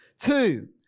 Two